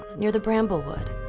near the bramblewood.